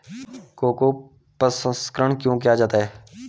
Cocoa प्रसंस्करण क्यों किया जाता है?